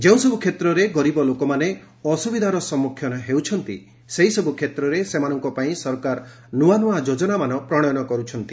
ଯେଉଁସବୁ କ୍ଷେତ୍ରରେ ଗରିବ ଲୋକମାନେ ଅସୁବିଧାର ସମ୍ମୁଖୀନ ହେଉଛନ୍ତି ସେହିସବୁ କ୍ଷେତ୍ରରେ ସେମାନଙ୍କ ପାଇଁ ସରକାର ନୂଆ ନୂଆ ଯୋଜନାମାନ ପ୍ରଶୟନ କରିଛନ୍ତି